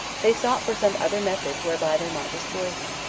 they sought for some other method whereby they might destroy him.